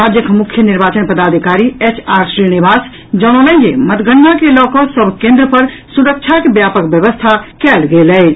राज्यक मुख्य निर्वाचन पदाधिकारी एच आर श्रीनिवास जनौलनि जे मतगणना के लऽ कऽ सभ केन्द्र पर सुरक्षाक व्यापक व्यवस्था कयल गेल अछि